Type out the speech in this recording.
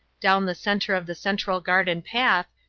down the centre of the central garden path,